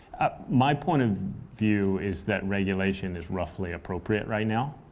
my point of view is that regulation is roughly appropriate right now.